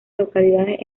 localidades